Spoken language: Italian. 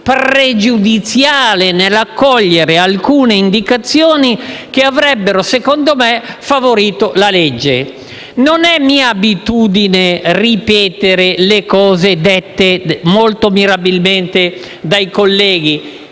pregiudiziale nell'accogliere alcune indicazioni che secondo me avrebbero favorito la legge. Non è mia abitudine ripetere quanto detto molto mirabilmente dai colleghi